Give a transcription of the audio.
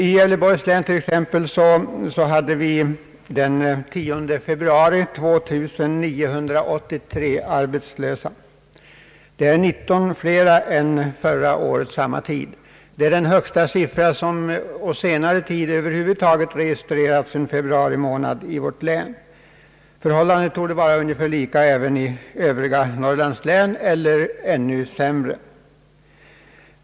I Gävleborgs län t.ex. hade vi den 10 februari 2983 arbetslösa. Detta är 19 fler än vid samma tid förra året. Det är den högsta siffra som på senare tid över huvud taget registrerats under februari månad i vårt län. Förhållandet torde vara likadant i övriga norrlandslän — eller ännu sämre.